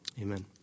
Amen